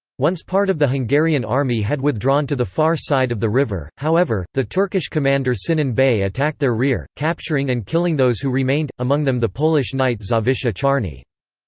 once part of the hungarian army had withdrawn to the far side of the river, however, the turkish commander sinan bey attacked their rear, capturing and killing those who remained, among them the polish knight zawisza czarny.